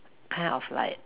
kind of like